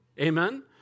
Amen